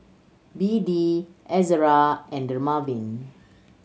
B D Ezerra and Dermaveen